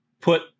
put